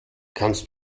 kannst